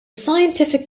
scientific